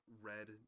red